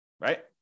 Right